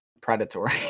predatory